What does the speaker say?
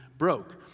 Broke